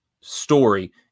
story